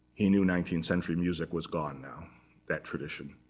he knew nineteenth century music was gone now that tradition.